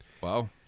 Wow